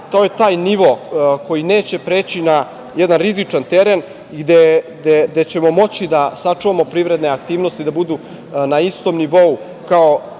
To je taj nivo koji neće preći na jedan rizičan teren i gde ćemo moći da sačuvamo privredne aktivnosti da budu na istom nivou kao